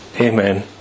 Amen